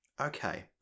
Okay